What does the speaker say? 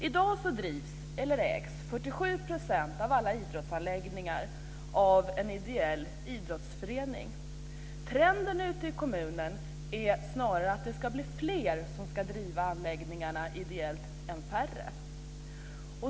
I dag drivs eller ägs 47 % av alla idrottsanläggningar av en ideell idrottsförening. Trenden ute i kommunen är snarare att fler ska driva anläggningarna ideellt än färre.